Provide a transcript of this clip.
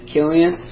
Killian